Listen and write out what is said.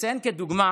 אציין כדוגמה